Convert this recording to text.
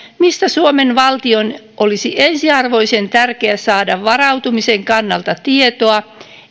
mistä suomen valtion olisi ensiarvoisen tärkeää varautumisen kannalta saada tietoa